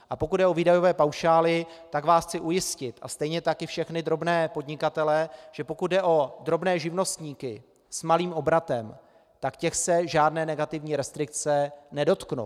A pokud jde o výdajové paušály, tak vás chci ujistit a stejně tak i všechny drobné podnikatele, že pokud jde o drobné živnostníky s malým obratem, tak těch se žádné negativní restrikce nedotknou.